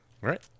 right